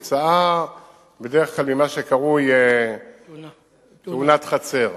בדרך כלל כתוצאה ממה שקרוי "תאונת חצר".